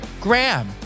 Graham